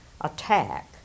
attack